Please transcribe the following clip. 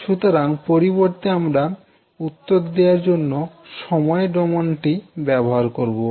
সুতরাং পরিবর্তে আমরা উত্তর দেওয়ার জন্য সময় ডোমেনটি ব্যবহার করবো